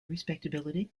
respectability